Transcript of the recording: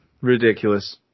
Ridiculous